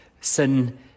sin